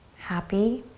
happy.